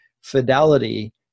fidelity